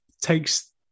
takes